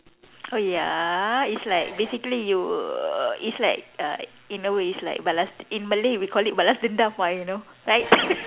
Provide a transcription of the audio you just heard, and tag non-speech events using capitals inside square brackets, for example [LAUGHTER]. oh ya it's like basically you it's like uh in a way it's like balas in Malay we call it balas dendam why you know right [LAUGHS]